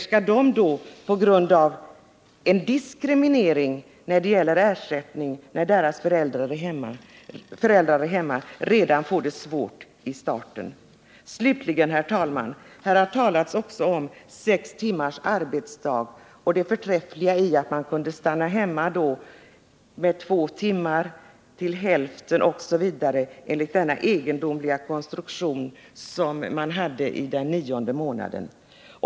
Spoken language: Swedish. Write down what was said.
Skall de, på grund av en diskriminering när det gäller ersättning när deras föräldrar är hemma, få det svårt redan i starten? Slutligen, herr talman, har det talats också om sex timmars arbetsdag och det förträffliga i att man kunde stanna hemma två timmar, hälften eller helt osv. — enligt den egendomliga konstruktionen för den nionde månaden.